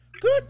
Good